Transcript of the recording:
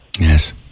Yes